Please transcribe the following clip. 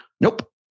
Nope